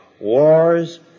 wars